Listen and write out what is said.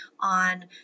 on